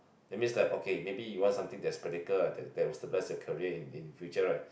that means like okay maybe you want something that's practical ah that that was the best in career in in future right